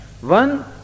One